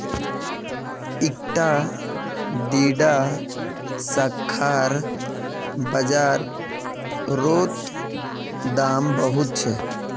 इकट्ठा दीडा शाखार बाजार रोत दाम बहुत छे